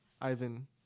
Ivan